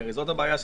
הרי זאת הבעיה שלנו,